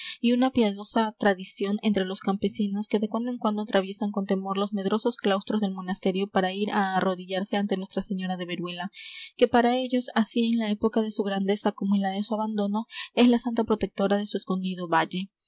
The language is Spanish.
y una piadosa tradición entre los campesinos que de cuando en cuando atraviesan con temor los medrosos claustros del monasterio para ir á arrodillarse ante nuestra señora de veruela que para ellos así en la época de su grandeza como en la de su abandono es la santa protectora de su escondido valle